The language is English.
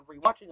rewatching